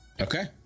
Okay